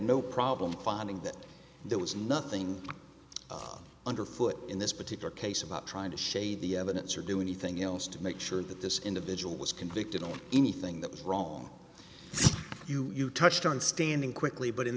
no problem finding that there was nothing underfoot in this particular case about trying to shade the evidence or do anything else to make sure that this individual was convicted on anything that was wrong you you touched on standing quickly but in